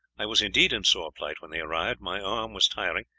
i was indeed in sore plight when they arrived my arm was tiring,